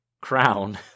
crown